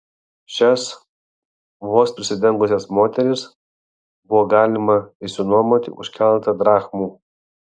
šias vos prisidengusias moteris buvo galima išsinuomoti už keletą drachmų